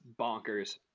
bonkers